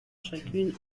chacune